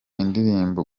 indirimbo